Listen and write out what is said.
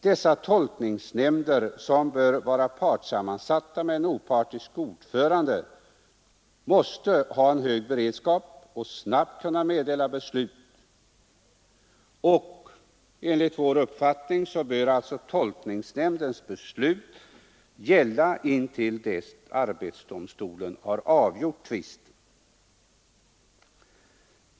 Dessa tolkningsnämnder, som bör vara partssammansatta med en opartisk ordförande, måste ha en hög beredskap och snabbt kunna meddela beslut. Och enligt vår uppfattning bör tolkningsnämndens beslut gälla tills arbetsdomstolen avgjort tvisten.